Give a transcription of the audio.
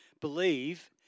believe